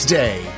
day